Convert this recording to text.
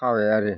खाबाय आरो